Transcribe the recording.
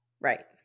Right